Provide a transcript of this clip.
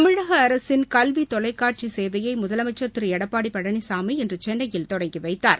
தமிழக அரசின் கல்வி தொலைக்காட்சி சேவைய முதலமைச்சர் திரு எடப்பாடி பழனிசாமி இன்று சென்னையில் தொடங்கி வைத்தார்